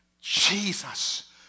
Jesus